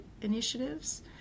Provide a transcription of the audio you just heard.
initiatives